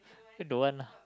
don't want lah